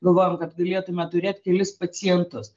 galvojam kad galėtume turėt kelis pacientus